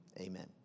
amen